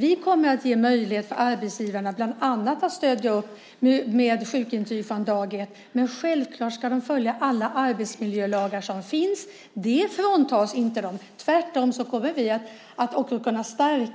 Vi kommer att ge arbetsgivarna möjlighet att bland annat stödja upp med sjukintyg från dag 1. Självklart ska de följa alla arbetsmiljölagar som finns. Det fråntas dem inte. Vi kommer tvärtom att kunna stärka kravet